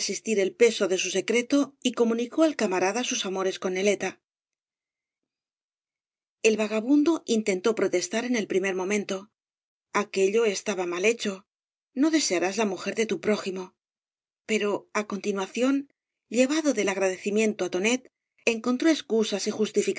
el peso de su secreto y comunica al camarada sus amores con neleta el vagabundo intentó protestar en el primer momento aquello estaba mal hecho no desearás la mujer de tu prójimo pero á continuación llevado del agradecimiento á tooet encontró excusas y